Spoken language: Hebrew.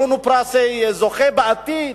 שיהיו לנו זוכים בפרס בעתיד,